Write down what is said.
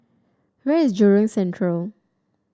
where is Jurong Central